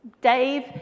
Dave